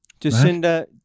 Jacinda